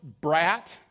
brat